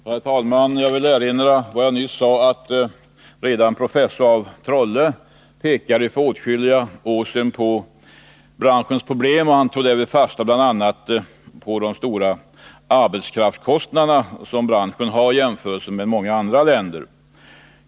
Herr talman! Jag vill erinra om vad jag nyss sade — att professor af Trolle redan för åtskilliga år sedan pekade på branschens problem. Han tog därvid bl.a. fasta på de stora arbetskraftskostnader som branschen har i jämförelse med förhållandena i många andra länder.